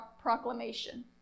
proclamation